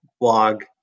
blog